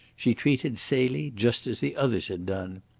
she treated celie just as the others had done.